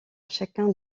chacun